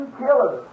killer